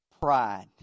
pride